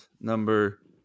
number